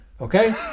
Okay